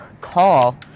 call